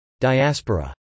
Diaspora